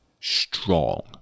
Strong